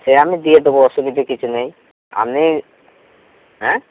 সে আমি দিয়ে দেবো অসুবিধে কিছু নেই আপনি অ্যাঁ